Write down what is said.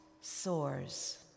soars